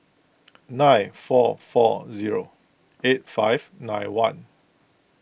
nine four four zero eight five nine one